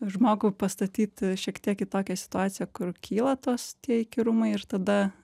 žmogų pastatyt šiek tiek į tokią situaciją kur kyla tos tie įkyrumai ir tada